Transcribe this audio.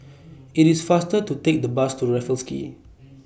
IT IS faster to Take The Bus to Raffles Quay